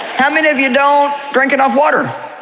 how many of you don't drink enough water?